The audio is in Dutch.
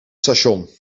station